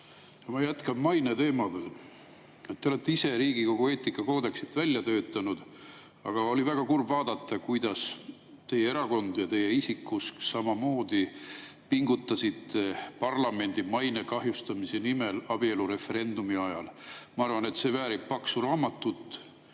Ma jätkan maineteemaga. Te olete ise Riigikogu eetikakoodeksit välja töötanud, aga oli väga kurb vaadata, kuidas teie erakond ja teie samamoodi pingutasite parlamendi maine kahjustamise nimel abielureferendumi ajal. Ma arvan, et see väärib paksu raamatut,